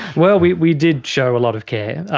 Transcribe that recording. well, we we did show a lot of care,